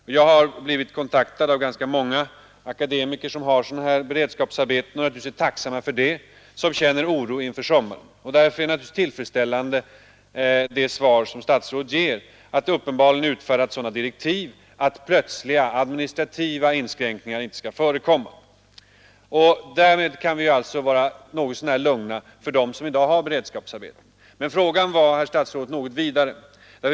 Jag har blivit kontaktad av ganska många akademiker som har beredskapsarbeten — de är naturligtvis tacksamma för det — och som känner stark oro inför sommaren. Därför är det svar som statsrådet ger naturligtvis tillfredsställande, nämligen att sådana direktiv uppenbarligen är utfärdade, att plötsliga administrativa inskränkningar inte skall förekomma. Därmed kan vi alltså vara något så när lugna för dem som i dag har beredskapsarbeten. Men frågan var, herr statsrådet, något vidare.